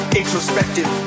introspective